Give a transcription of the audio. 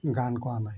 grant কৰা নাই